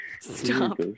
Stop